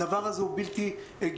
הדבר הזה הוא בלתי הגיוני.